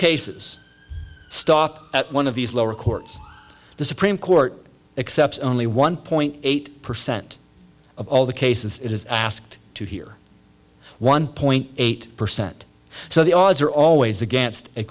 cases stop at one of these lower courts the supreme court except only one point eight percent of all the cases it is asked to hear one point eight percent so the odds are always against